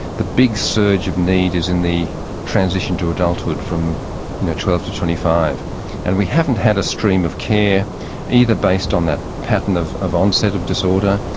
the big surge of need is in the transition to adulthood from you know twelve to twenty five and we haven't had a stream of care either based on that pattern of of onset of disorder,